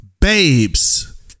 babes